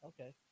Okay